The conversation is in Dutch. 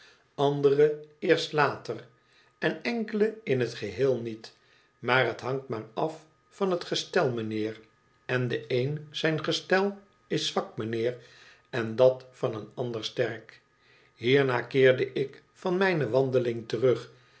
andere eerst later en enkele in het geheel niet maar t hangt maar af van het gestel mijnheer en de een zijn gestel is zwak mijnheer en dat van een ander sterk hierna keerde ik van mijne wandeling terug